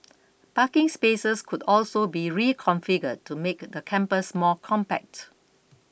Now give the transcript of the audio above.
parking spaces could also be reconfigured to make the campus more compact